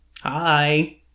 Hi